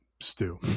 stew